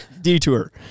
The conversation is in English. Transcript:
detour